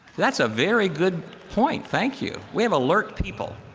that's a very good point. thank you. we have alert people.